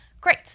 Great